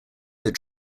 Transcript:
that